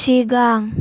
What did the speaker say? सिगां